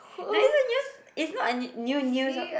no it's a news it's not a new news or